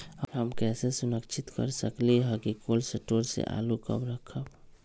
हम कैसे सुनिश्चित कर सकली ह कि कोल शटोर से आलू कब रखब?